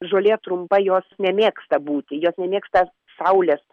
žolė trumpa jos nemėgsta būti jos nemėgsta saulės